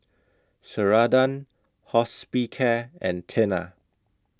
Ceradan Hospicare and Tena